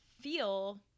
feel